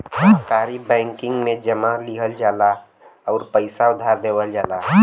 सहकारी बैंकिंग में जमा लिहल जाला आउर पइसा उधार देवल जाला